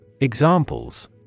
Examples